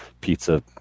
pizza